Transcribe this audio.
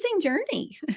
journey